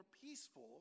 peaceful